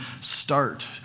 start